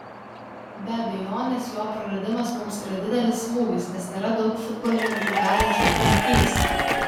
be abejonės jo praradimas mums yra didelis smūgis nes nėra daug futbolininkų galinčių jį pakeisti